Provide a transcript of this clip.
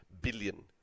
billion